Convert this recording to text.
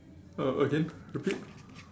uh again repeat